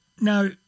Now